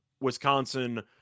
Wisconsin